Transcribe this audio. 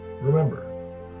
remember